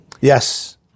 Yes